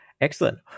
Excellent